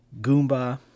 Goomba